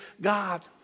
God